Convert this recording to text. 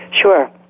Sure